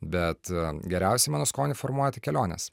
bet geriausia mano skonį formuoja tai kelionės